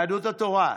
קבוצת סיעת יהדות התורה: